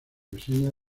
reseñas